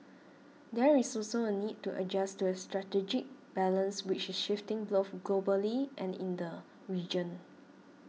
there is also a need to adjust to a strategic balance which is shifting glof globally and in the region